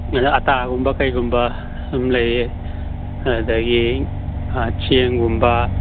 ꯑꯇꯥꯒꯨꯝꯕ ꯀꯩꯒꯨꯝꯕ ꯑꯗꯨꯝ ꯂꯩꯌꯦ ꯑꯗꯒꯤ ꯆꯦꯡꯒꯨꯝꯕ